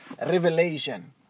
revelation